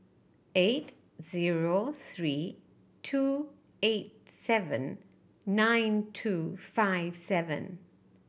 eight zero three two eight seven nine two five seven